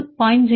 R